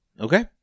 okay